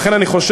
לכן אני חושב,